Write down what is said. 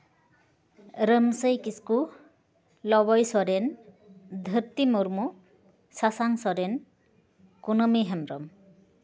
Ramsai Kisku Loboi Soren Dharti Murmu Sasang Soren Kunami Hembrom